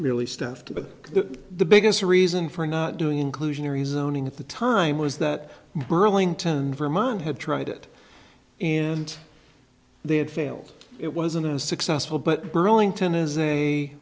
really stuff but the biggest reason for not doing inclusionary zoning at the time was that burlington vermont had tried it and they had failed it wasn't as successful but burlington is